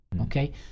okay